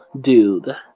dude